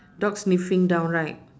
dog sniffing down right